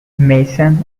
mason